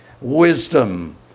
wisdom